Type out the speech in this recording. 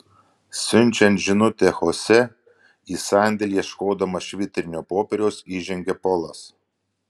siunčiant žinutę chosė į sandėlį ieškodamas švitrinio popieriaus įžengia polas